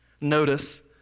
notice